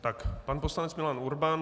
Tak pan poslanec Milan Urban.